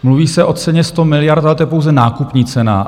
Mluví se o ceně 100 miliard, ale to je pouze nákupní cena.